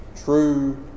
true